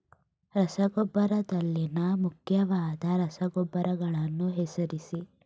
ರಸಗೊಬ್ಬರದಲ್ಲಿನ ಮುಖ್ಯವಾದ ರಸಗೊಬ್ಬರಗಳನ್ನು ಹೆಸರಿಸಿ?